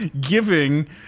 giving